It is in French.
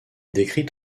décrit